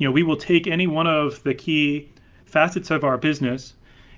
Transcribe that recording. you know we will take any one of the key facets of our business